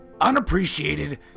unappreciated